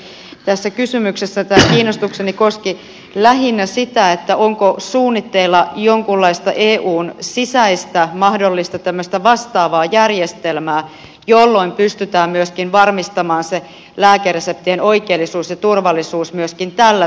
tässä kysymyksessä tämä kiinnostukseni koski lähinnä sitä onko suunnitteilla jonkinlaista eun sisäistä mahdollista tämmöistä vastaavaa järjestelmää jolloin pystytään varmistamaan se lääkereseptien oikeellisuus ja turvallisuus myöskin tällä tasolla